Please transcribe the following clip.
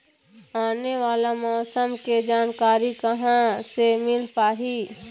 आने वाला मौसम के जानकारी कहां से मिल पाही?